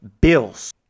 Bills